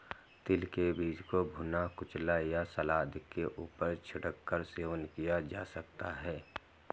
तिल के बीज को भुना, कुचला या सलाद के ऊपर छिड़क कर सेवन किया जा सकता है